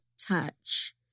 touch